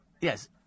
Yes